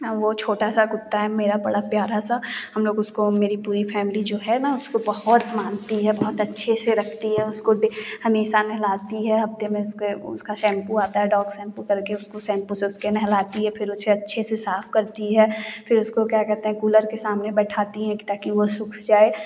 वह छोटा सा कुत्ता है मेरा बड़ा प्यारा सा हम लोग उसको मेरी पूरी फैमिली जो है ना उसको बहुत मानती है बहुत अच्छे से रखती है उसको हमेशा नहलाती है हफ़्ते में उसके उसका सैम्पू आता है डॉग सैम्पू करके उसको सैम्पू से उसके नहलाती है फ़िर उसे अच्छे से साफ़ करती है फ़िर उसको क्या कहते हैं कूलर के सामने बिठाती हैं की ताकि वह सूख जाए